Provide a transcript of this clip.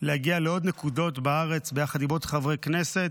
להגיע לעוד נקודות בארץ ביחד עם עוד חברי הכנסת.